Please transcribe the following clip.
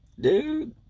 Dude